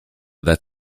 that